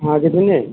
हाँ कितने